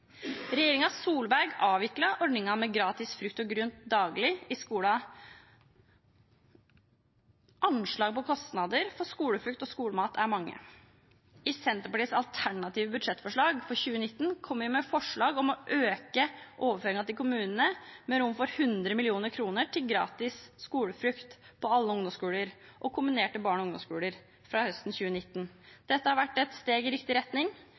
Solberg avviklet ordningen med gratis frukt og grønt daglig i skolen. Anslagene på kostnader for skolefrukt og skolemat er mange. I Senterpartiets alternative budsjettforslag for 2019 kom vi med forslag om å øke overføringene til kommunene, med rom for 100 mill. kr til gratis skolefrukt på alle ungdomsskoler og kombinerte barne- og ungdomsskoler fra høsten 2019. Dette har vært et steg i riktig retning.